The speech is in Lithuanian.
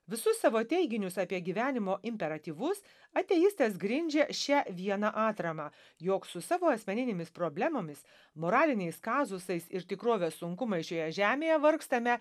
visus savo teiginius apie gyvenimo imperatyvus ateistas grindžia šia viena atrama jog su savo asmeninėmis problemomis moraliniais kazusais ir tikrovės sunkumais šioje žemėje vargstame